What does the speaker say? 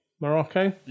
Morocco